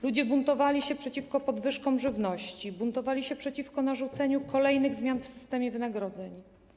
Ludzie buntowali się przeciwko podwyżkom żywności, buntowali się przeciwko narzuceniu kolejnych zmian w systemie wynagrodzeń.